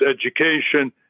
education